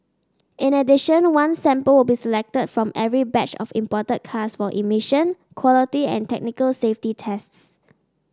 in addition one sample will be selected from every batch of imported cars for emission quality and technical safety tests